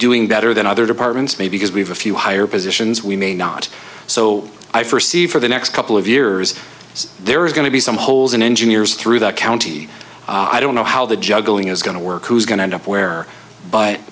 doing better than other departments may because we have a few higher positions we may not so i forsee for the next couple of years there is going to be some holes in engineers through the county i don't know how the juggling is going to work who is going to end up where b